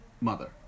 mother